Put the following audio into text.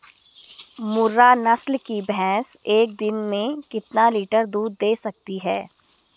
मुर्रा नस्ल की भैंस एक दिन में कितना लीटर दूध दें सकती है?